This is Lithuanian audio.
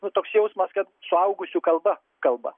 nu toks jausmas kad suaugusių kalba kalba